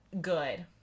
Good